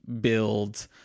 build